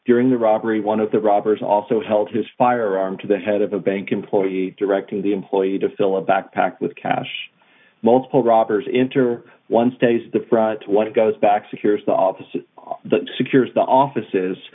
during the robbery one of the robbers also held his firearm to the head of a bank employee directing the employee to fill a backpack with cash multiple robbers into one stays the front what goes back secures the office that secures the offices